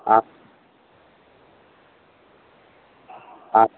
आम् आं